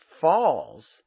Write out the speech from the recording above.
falls